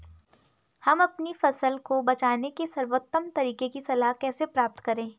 हम अपनी फसल को बचाने के सर्वोत्तम तरीके की सलाह कैसे प्राप्त करें?